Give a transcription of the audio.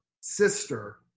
sister